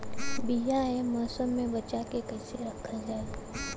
बीया ए मौसम में बचा के कइसे रखल जा?